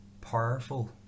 Powerful